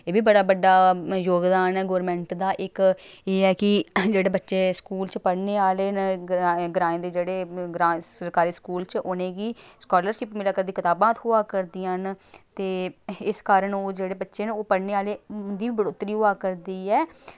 एह् बी बड़ा बड्डा योगदान ऐ गोरमैंट दा इक एह् ऐ कि जेह्ड़े बच्चे स्कूल च पढ़ने आह्ले न ग्राएं ग्राएं दे जेह्ड़े ग्रां सरकारी स्कूल च उ'नेंगी स्कालरशिप मिला करदी कताबां थ्होआ करदियां न ते इस कारण ओ जेह्ड़े बच्चे न ओ पढ़ने आह्ले उं'दी बढ़ोतरी होआ करदी ऐ